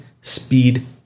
speed